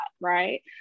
right